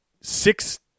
six